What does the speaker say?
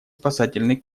спасательный